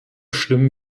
stimmen